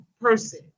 person